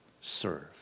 Serve